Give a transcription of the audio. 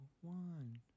one